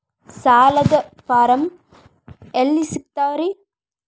ಸಾಲದ ಫಾರಂ ಎಲ್ಲಿ ಸಿಕ್ತಾವ್ರಿ?